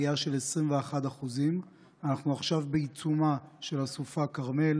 עלייה של 21%. אנחנו עכשיו בעיצומה של הסופה כרמל,